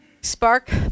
spark